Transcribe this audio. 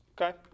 Okay